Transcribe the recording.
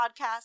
podcast